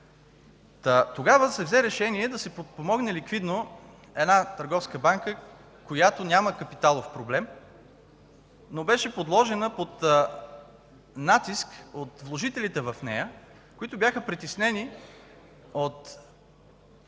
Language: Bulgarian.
Тогава се взе решение да се подпомогне ликвидно една търговска банка, която няма капиталов проблем, но беше подложена под натиск от вложителите в нея, които бяха притеснени от лошия начин